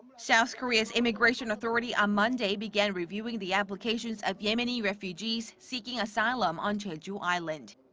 south korea's immigration authority on monday began reviewing the applications of yemeni refugees seeking asylum on jeju island.